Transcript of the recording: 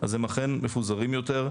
אז הם אכן מפוזרים יותר.